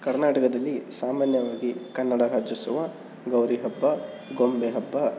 ಕರ್ನಾಟಕದಲ್ಲಿ ಸಾಮಾನ್ಯವಾಗಿ ಕನ್ನಡ ರಾಜ್ಯೋತ್ಸವ ಗೌರಿಹಬ್ಬ ಗೊಂಬೆ ಹಬ್ಬ